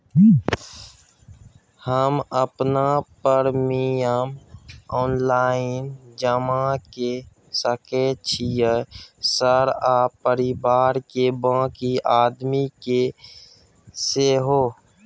हम अपन premium online जमा के सके छियै सर आ परिवार के बाँकी आदमी के सेहो?